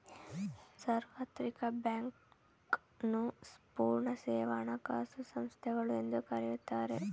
ಸಾರ್ವತ್ರಿಕ ಬ್ಯಾಂಕ್ ನ್ನು ಪೂರ್ಣ ಸೇವಾ ಹಣಕಾಸು ಸಂಸ್ಥೆಗಳು ಎಂದು ಕರೆಯುತ್ತಾರೆ